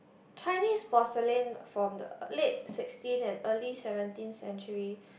Chinese porcelain from the late sixteen and early seventeen century